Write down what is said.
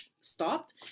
stopped